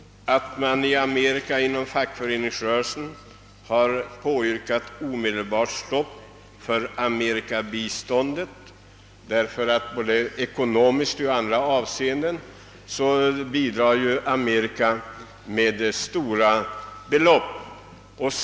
Inom den amerikanska fackföreningsrörelsen har krav framställts om att omedelbart stoppa det amerikanska biståndet till Grekland. USA gör som bekant mycket stora militära hjälpinsatser både ekonomiskt och i andra avseenden.